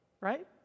right